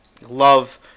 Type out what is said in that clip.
Love